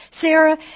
Sarah